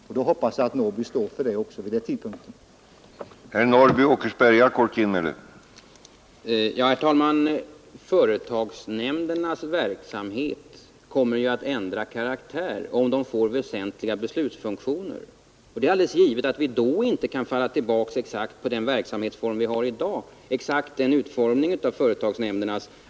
Jag hoppas att herr Norrby vid den tidpunkten har samma inställning som i dag.